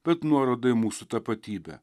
bet nuoroda į mūsų tapatybę